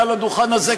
מעל הדוכן הזה,